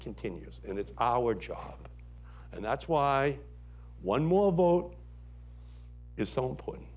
continues and it's our job and that's why one more vote is so important